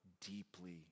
deeply